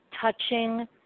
touching